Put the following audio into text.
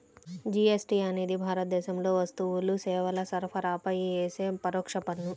GST అనేది భారతదేశంలో వస్తువులు, సేవల సరఫరాపై యేసే పరోక్ష పన్ను